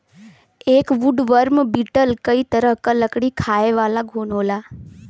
एक woodworm beetle कई तरह क लकड़ी खायेवाला घुन होला